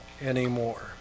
anymore